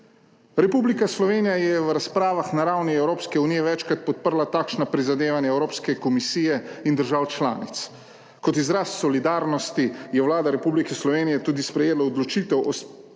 Republika Slovenija je v razpravah na ravni Evropske unije večkrat podprla takšna prizadevanja Evropske komisije in držav članic. Kot izraz solidarnosti je Vlada Republike Slovenije tudi sprejela odločitev o sodelovanju